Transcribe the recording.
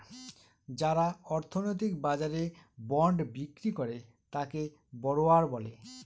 যারা অর্থনৈতিক বাজারে বন্ড বিক্রি করে তাকে বড়োয়ার বলে